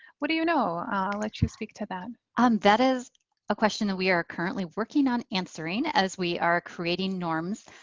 what do you know? i'll ah let you speak to that. um that is a question that we are currently working on answering as we are creating norms.